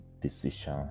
decision